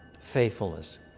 faithfulness